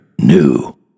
new